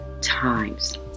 times